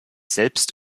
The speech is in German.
selbst